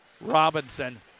Robinson